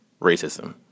racism